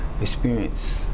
experience